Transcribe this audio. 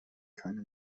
keine